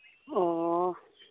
ꯑꯣ